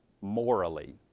morally